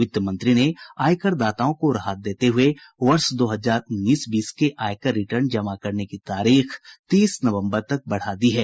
वित्त मंत्री ने आयकरदाताओं को राहत देते हुए वर्ष दो हजार उन्नीस बीस के आयकर रिटर्न जमा कराने की तारीख तीस नवंबर तक बढ़ा दी है